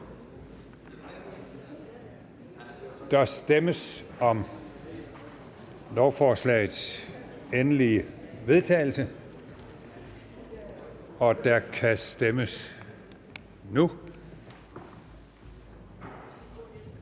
Der stemmes om lovforslagets endelige vedtagelse, og der kan stemmes nu